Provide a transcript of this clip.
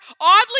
Oddly